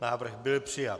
Návrh byl přijat.